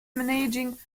managing